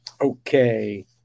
Okay